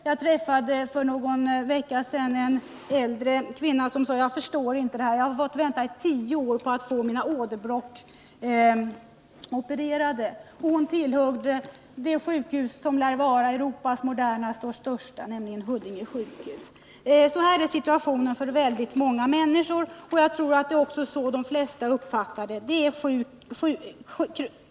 Jag träffade för någon vecka sedan en 11 december 1979 äldre kvinna som sade: Jag förstår inte det här. Jag har fått vänta tio år på att få mina åderbråck opererade. Hon tillhörde upptagningsområdet för det sjukhus som lär vara Europas modernaste och största, nämligen Huddinge sjukhus. Sådan är situationen för många människor. Det är också så de flesta uppfattar det.